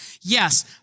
Yes